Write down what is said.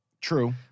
True